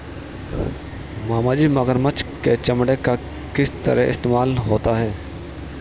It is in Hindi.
मामाजी मगरमच्छ के चमड़े का किस तरह इस्तेमाल होता है?